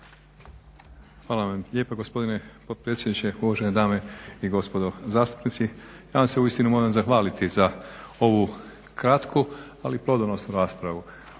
Hvala vam lijepa gospodine potpredsjedniče, uvažene dame i gospodo zastupnici. Ja vam se uistinu moram zahvaliti za ovu kratku, ali plodonosnu raspravu.